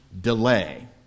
delay